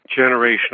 generational